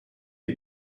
est